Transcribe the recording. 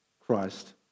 Christ